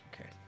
okay